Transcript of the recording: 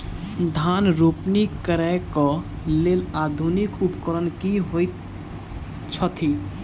धान रोपनी करै कऽ लेल आधुनिक उपकरण की होइ छथि?